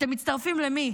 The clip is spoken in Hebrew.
אתם מצטרפים, למי?